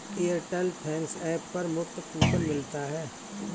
Airtel thanks app पर मुफ्त coupon मिलता है